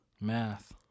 Math